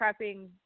prepping